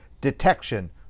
detection